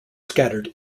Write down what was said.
scattered